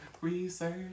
Research